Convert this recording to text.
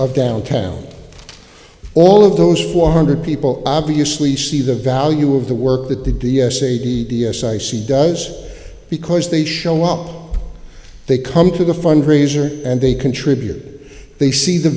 of downtown all of those four hundred people obviously see the value of the work that the d s a the site she does because they show up they come to the fundraiser and they contribute that they see the